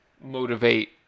motivate